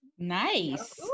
nice